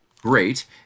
great